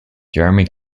jeremy